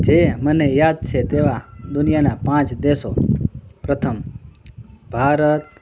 જે મને યાદ છે તેવા દુનિયાના પાંચ દેશો પ્રથમ ભારત